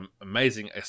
amazing